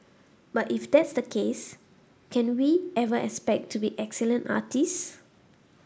but if that is the case can we ever expect to be excellent artists